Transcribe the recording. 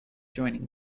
joining